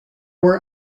were